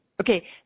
okay